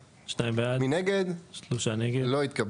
הצבעה בעד, 2 נגד, 3 נמנעים, 0 הרביזיה לא התקבלה.